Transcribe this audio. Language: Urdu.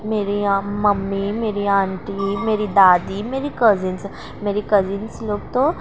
میرے یہاں ممی میری یہاں آنٹی میری دادی میری کزنس میری کزنس لوگ تو